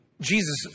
Jesus